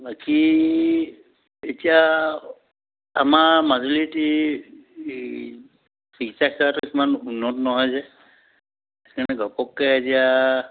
বাকী এতিয়া আমাৰ মাজুলীত চিকৎসা সেৱাটো ইমান উন্নত নহয় যে সেইকাৰণে ঘপককে এতিয়া